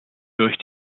durch